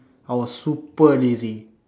I was super lazy